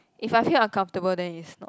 if I feel uncomfortable then it's not